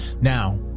Now